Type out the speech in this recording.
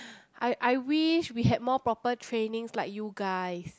I I wish we had more proper trainings like you guys